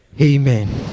amen